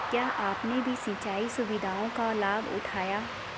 क्या आपने भी सिंचाई सुविधाओं का लाभ उठाया